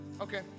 Okay